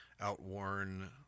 outworn